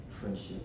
friendship